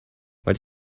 what